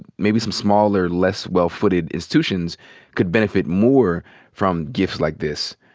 maybe some smaller, less well-footed institutions could benefit more from gifts like this.